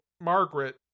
Margaret